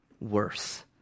worse